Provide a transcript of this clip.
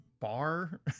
bar